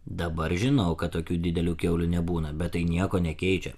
dabar žinau kad tokių didelių kiaulių nebūna bet tai nieko nekeičia